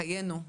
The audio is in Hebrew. חיינו,